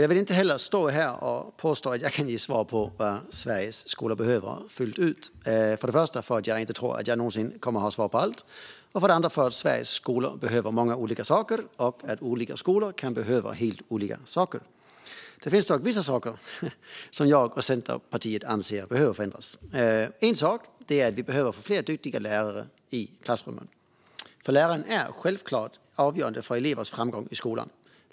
Jag vill inte stå här och påstå att jag fullt ut kan ge svar på vad Sveriges skolor behöver, för det första därför att jag inte tror att jag någonsin kommer att ha svar på allt och för det andra därför att Sveriges skolor behöver många olika saker och olika skolor kan behöva helt olika saker. Det finns dock vissa saker som jag och Centerpartiet anser behöver förändras. En sak är att vi behöver fler duktiga lärare i klassrummen, för läraren är självfallet avgörande för elevers framgång i skolan.